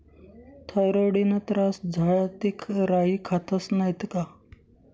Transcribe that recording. थॉयरॉईडना त्रास झाया ते राई खातस नैत का